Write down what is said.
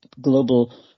global